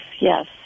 yes